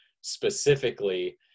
specifically